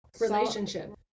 relationship